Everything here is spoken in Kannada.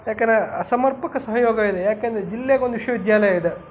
ಯಾಕಂದರೆ ಅಸಮರ್ಪಕ ಸಹಯೋಗ ಇದೆ ಯಾಕಂದ್ರೆ ಜಿಲ್ಲೆಗೊಂದು ವಿಶ್ವವಿದ್ಯಾಲಯ ಇದೆ